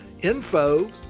Info